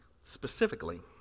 Specifically